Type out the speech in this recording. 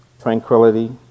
tranquility